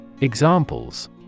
Examples